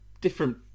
different